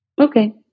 Okay